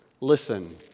Listen